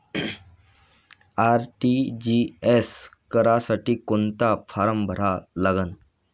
RTGS करासाठी कोंता form भरा लागन?